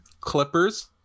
Clippers